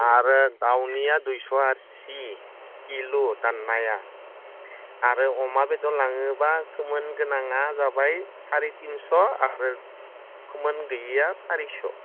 आरो दाउनिया दुयस' आरसि किल' दाननाया आरो अमा बेदर लाङोबा खोमोन गोनाङा जाबाय सारे तिनस' आरो खोमोन गैयिया सारिस'